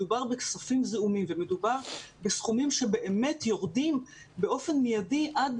מדובר בכספים זעומים ומדובר בסכומים שבאמת יורדים באופן מיידי עד